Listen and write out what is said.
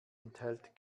enthält